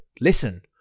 Listen